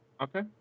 Okay